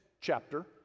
chapter